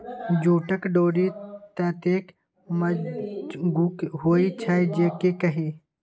जूटक डोरि ततेक मजगुत होए छै जे की कही